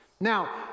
now